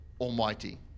Almighty